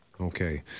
Okay